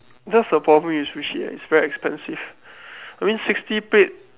that's the problem with sushi eh it's very expensive I mean sixty plate